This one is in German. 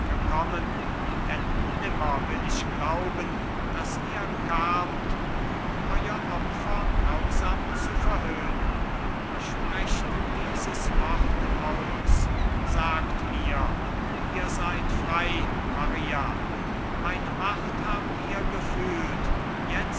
gekommen denn nimmer will ich glaubenm daß ihr kamt um euer opfer grausam zu verhöhnen sprecht dieses wort aus sagt mir ihr seid frei maria mein macht habt ihr gefühlt jetzt